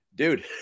dude